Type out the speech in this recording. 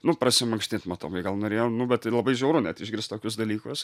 nu prasimankštint matomai gal norėjo nu bet tai labai žiauru net išgirst tokius dalykus